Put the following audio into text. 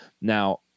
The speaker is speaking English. Now